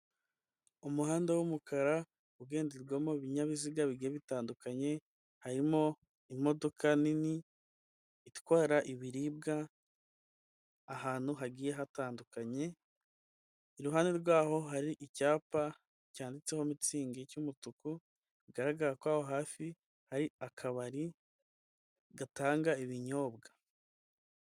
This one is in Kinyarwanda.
Umuhanda w'umukara ugenderwamo ibinyabiziga bigiye bitandukanye, harimo imodoka nini itwara ibiribwa ahantu hagiye hatandukanye. Iruhande rwaho hari icyapa cyanditseho mitsingi cy'umutuku, bigaragara ko aho hafi hari akabari gatanga ibinyobwa.